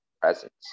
presence